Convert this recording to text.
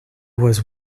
was